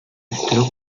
үстерү